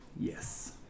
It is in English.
Yes